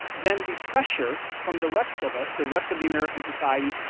then the pressure from the rest of us, the rest of the american society,